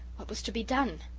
what was to be done?